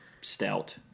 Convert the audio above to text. stout